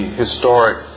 historic